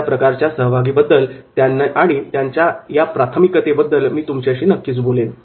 अशा प्रकारच्या सहभागीबद्दल आणि त्यांच्या प्राथमिकतेबद्दल मी तुमच्याशी बोलीन